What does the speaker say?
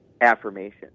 affirmation